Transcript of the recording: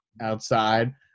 outside